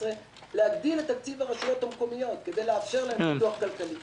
להגדיל את תקציב הרשויות המקומיות כדי לאפשר להן פיתוח כלכלי